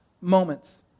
moments